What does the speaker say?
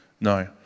No